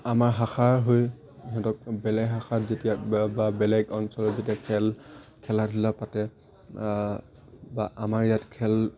আমাৰ শাখাৰ হৈ সিহঁতক বেলেগ শাখাত যেতিয়া বা বেলেগ অঞ্চলত যেতিয়া খেল খেলা ধূলা পাতে বা আমাৰ ইয়াত খেল